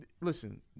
Listen